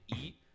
eat